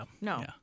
no